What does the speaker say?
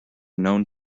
known